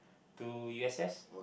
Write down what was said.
to u_s_s